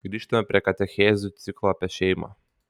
grįžtame prie katechezių ciklo apie šeimą